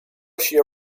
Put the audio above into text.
she